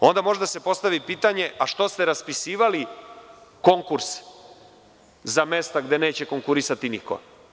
Može da se postavi pitanje - što ste raspisivali konkurs za mesta gde neće konkurisati niko?